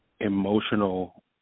emotional